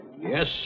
Yes